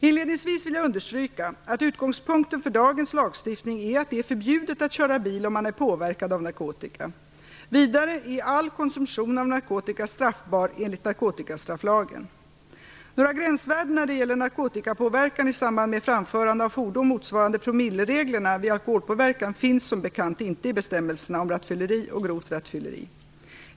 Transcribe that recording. Inledningsvis vill jag understryka att utgångspunkten för dagens lagstiftning är att det är förbjudet att köra bil om man är påverkad av narkotika. Vidare är all konsumtion av narkotika straffbar enligt narkotikastrafflagen. Några gränsvärden när det gäller narkotikapåverkan i samband med framförande av fordon motsvarande promillereglerna vid alkoholpåverkan finns som bekant inte i bestämmelserna om rattfylleri och grovt rattfylleri.